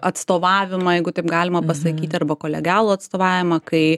atstovavimą jeigu taip galima pasakyti arba kolegialų atstovavimą kai